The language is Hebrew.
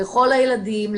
לכל הילדים,